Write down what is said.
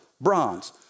bronze